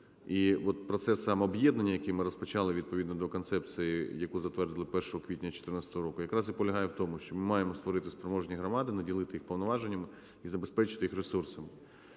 от процес сам об'єднання, який ми розпочали відповідно до Концепції, яку затвердили 1 квітня 2014 року, якраз і полягає в тому, що ми маємо створити спроможні громади, наділити їх повноваженнями і забезпечити їх ресурсами.